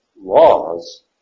laws